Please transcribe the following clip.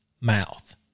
mouth